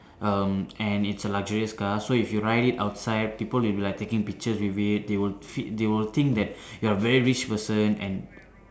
um and it's a luxurious car so if you ride it outside people will be like taking pictures with it they will feed they will think that you're a very rich person and